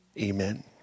amen